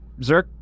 Zerk